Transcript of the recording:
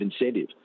incentive